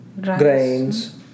grains